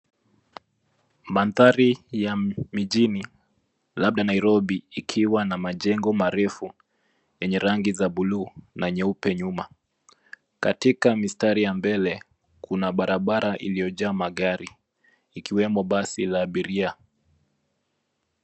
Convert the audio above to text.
Mandhari ya mijini, labda Nairobi, ikiwa na majengo marefu yenye rangi za buluu na nyeupe nyuma. Katika mistari ya mbele, kuna barabara iliyojaa magari, ikiwemo basi la abiria.